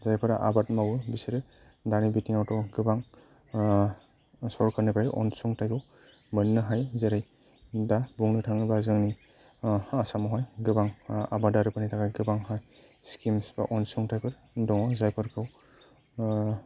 जायफोरा आबाद मावो बिसोरो दानि बिथिंआवथ' गोबां सरकारनिफ्राय अनसुंथाइखौ मोननो हायो जेरै दा बुंनो थाङोबा जोंनि आसामावहाय गोबां आबादारिफोरनि थाखाय गोबां स्किम्स बा अनसुंथाइफोर दं जायफोरखौ